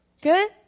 Good